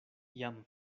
jam